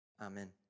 Amen